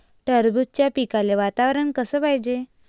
टरबूजाच्या पिकाले वातावरन कस पायजे?